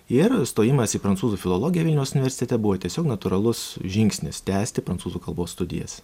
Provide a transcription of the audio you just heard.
ir stojimas į prancūzų filologiją vilniaus universitete buvo tiesiog natūralus žingsnis tęsti prancūzų kalbos studijas